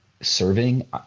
serving